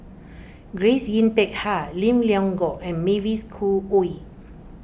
Grace Yin Peck Ha Lim Leong Geok and Mavis Khoo Oei